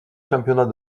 championnats